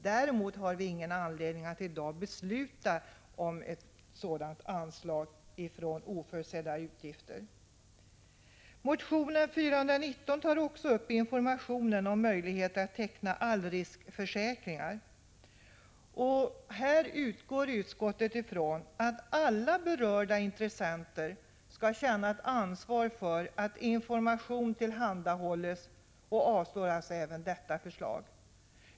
Däremot har vi ingen anledning att i dag besluta om ett sådant anslag från Oförutsedda utgifter. Motion Fö419 tar också upp informationen om möjligheter att teckna allriskförsäkring. Utskottet utgår från att alla berörda intressenter känner ansvar för att information tillhandahålls och avstyrker även detta förslag.